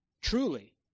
Truly